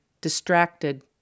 distracted